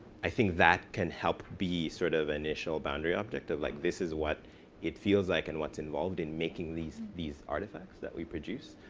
i think that can help be sort of initial boundary optic. like this is what it feels like and what's involved in making these these artifacts that we produced,